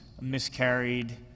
miscarried